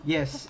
Yes